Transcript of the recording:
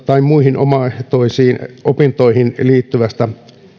tai muihin omaehtoisiin opintoihin liittyvästä